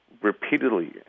repeatedly